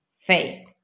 faith